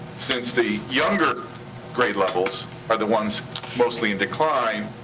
since the younger grade levels are the ones mostly in decline,